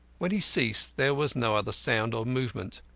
when he ceased there was no other sound or movement.